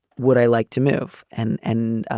would i like to move and and